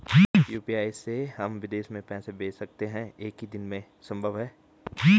UPI से हम विदेश में भी पैसे भेज सकते हैं एक ही दिन में संभव है?